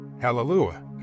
Hallelujah